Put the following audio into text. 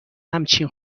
همچین